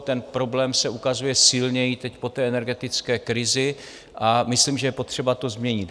Ten problém se ukazuje silněji teď po energetické krizi a myslím, že je potřeba to změnit.